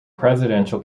presidential